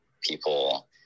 people